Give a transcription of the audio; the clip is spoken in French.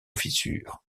fissures